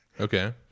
okay